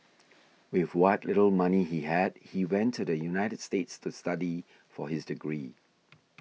with what little money he had he went to the United States to study for his degree